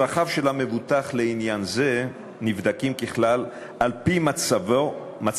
צרכיו של המבוטח לעניין זה נבדקים ככלל על-פי מצבו,